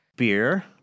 Beer